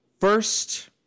First –